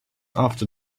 after